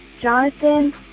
Jonathan